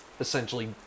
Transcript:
essentially